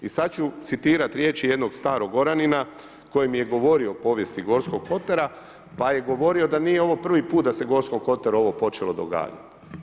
I sad ću citirat riječi jednog starog oranina koji mi je govorio povijesti Gorskog kotara pa je govorio da nije ovo prvi put da se Gorskom kotaru ovo počelo događat.